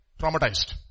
traumatized